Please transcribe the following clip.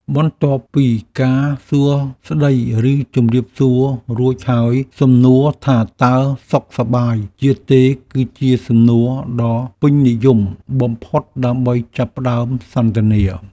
បន្ទាប់ពីការសួរស្តីឬជម្រាបសួររួចហើយសំណួរថាតើសុខសប្បាយជាទេគឺជាសំណួរដ៏ពេញនិយមបំផុតដើម្បីចាប់ផ្តើមសន្ទនា។